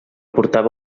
portava